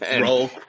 Roll